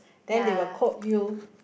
then they will quote you